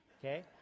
Okay